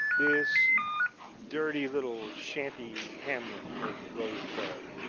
this dirty little shanty hamlet of rosebud.